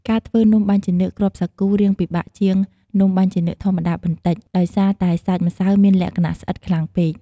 ការធ្វើនំបាញ់ចានឿកគ្រាប់សាគូរាងពិបាកជាង នំបាញ់ចានឿកធម្មតាបន្តិច ដោយសារតែសាច់ម្សៅមានលក្ខណៈស្អិតខ្លាំងពេក។